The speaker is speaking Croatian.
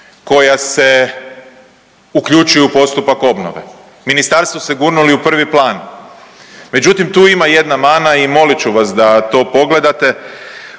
koja se uključuju u postupak obnove. Ministarstvo ste gurnuli u prvi plan, međutim tu ima jedna mana i molit ću vas da to pogledate.